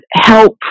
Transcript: help